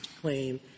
claim